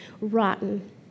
rotten